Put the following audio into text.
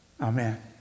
Amen